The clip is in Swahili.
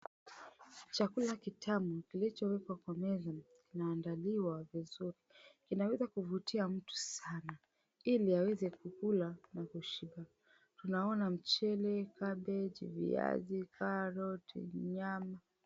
Chakula kitamu kilichowekwa kwa meza zinaandaliwa vizuri zinaweza kuvutia watu sana ili aweze kukula na kushiba. Tunaona mchele, cabbage , viazi, carrot , nyama.